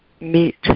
meet